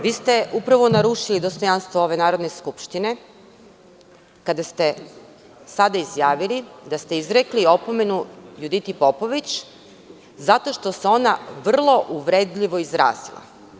Vi ste upravo narušili dostojanstvo Narodne skupštine kada ste sada izjavili da ste izrekli opomenu Juditi Popović zato što se ona vrlo uvredljivo izrazila.